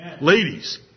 Ladies